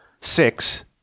Six